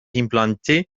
implantés